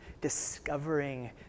discovering